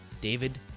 David